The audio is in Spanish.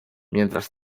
mientras